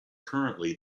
currently